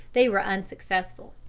they were unsuccessful.